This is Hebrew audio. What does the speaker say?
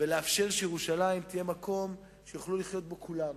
ולאפשר שירושלים תהיה מקום שיוכלו לחיות בו כולם.